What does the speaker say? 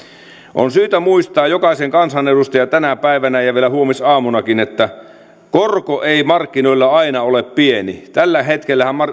on syytä jokaisen kansanedustajan muistaa tänä päivänä ja vielä huomisaamunakin että korko ei markkinoilla aina ole pieni tällä hetkellähän